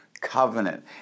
covenant